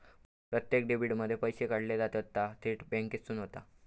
प्रत्यक्ष डेबीट मध्ये पैशे काढले जातत ता थेट बॅन्केसून होता